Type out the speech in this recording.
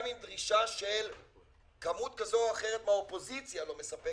גם עם דרישה של כמות כזאת או אחרת מהאופוזיציה לא מספקת,